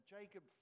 Jacob